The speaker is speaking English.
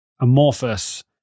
amorphous